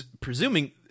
presuming